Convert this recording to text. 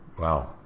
Wow